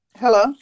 Hello